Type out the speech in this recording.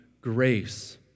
grace